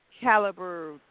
caliber